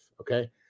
Okay